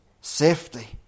safety